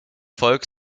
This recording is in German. volk